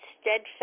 steadfast